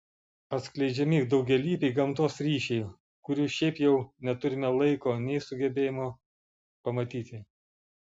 atskleidžiami daugialypiai gamtos ryšiai kurių šiaip jau neturime laiko nei sugebėjimo pamatyti